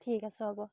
ঠিক আছে হ'ব